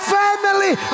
family